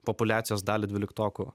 populiacijos dalį dvyliktokų